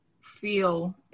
feel